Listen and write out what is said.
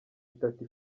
itatu